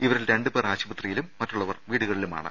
ഇവരിൽ രണ്ടു പേർ ആശുപത്രിയിലും മറ്റുള്ളവർ വീടുകളിലു മാണ്